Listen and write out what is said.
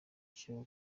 cyo